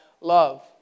love